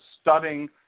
studying